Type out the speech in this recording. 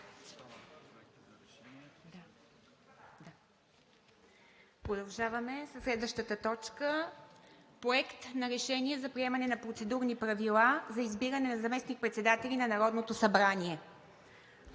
Продължаваме със следващата точка: Проект на решение за приемане на процедурни правила за избиране на заместник-председатели на Народното събрание.